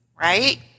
right